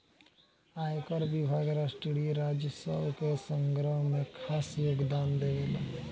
आयकर विभाग राष्ट्रीय राजस्व के संग्रह में खास योगदान देवेला